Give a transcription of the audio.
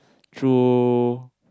through